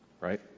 right